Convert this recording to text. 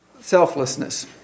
selflessness